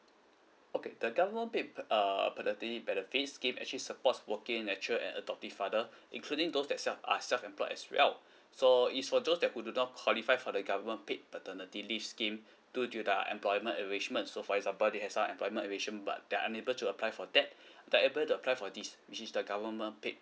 okay the government paid pa~ uh paternity benefits scheme actually supports working natural and adoptive father including those that's self are self employed as well so it's for those that who do not qualify for the government paid paternity leave scheme due to the uh employment arrangement so for example they have signed employment arrangement but they're unable to apply for that they're able to apply for this which is the government paid